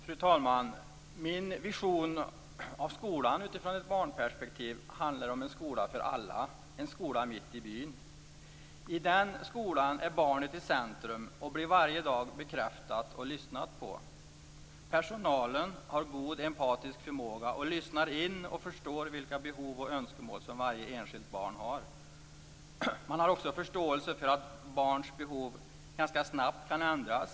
Fru talman! Min vision av skolan utifrån ett barnperspektiv handlar om en skola för alla, en skola mitt i byn. I den skolan är barnet i centrum och blir varje dag bekräftat och lyssnat på. Personalen har god empatisk förmåga och lyssnar in och förstår vilka behov och önskemål som varje enskilt barn har. Man har också förståelse för att barns behov ganska snabbt kan ändras.